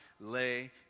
lay